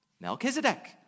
Melchizedek